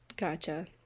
Gotcha